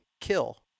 kill